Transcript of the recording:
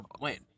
Wait